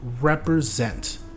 represent